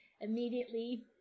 immediately